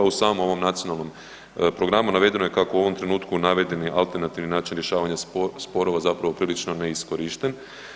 U samom ovom nacionalnom programu navedeno je kako u ovom trenutku navedeni alternativni način rješavanja sporova zapravo prilično neiskorišten.